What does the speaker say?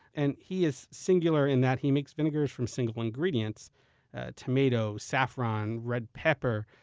and he is singular in that he makes vinegars from single ingredients tomatoes, saffron, red pepper,